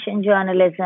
journalism